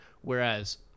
whereas